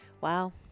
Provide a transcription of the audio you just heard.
Wow